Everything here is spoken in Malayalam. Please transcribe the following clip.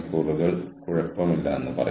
നമ്മൾ പകരം വയ്ക്കുന്നു